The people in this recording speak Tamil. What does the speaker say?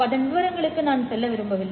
அதன் விவரங்களுக்கு நான் செல்ல விரும்பவில்லை